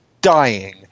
dying